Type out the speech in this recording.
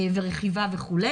רכיבה וכו'.